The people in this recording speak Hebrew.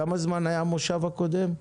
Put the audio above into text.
כמה זמן היה המושב הקודם?